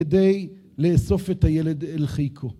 כדי לאסוף את הילד אל חיקו.